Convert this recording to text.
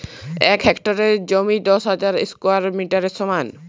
এক হেক্টর জমি দশ হাজার স্কোয়ার মিটারের সমান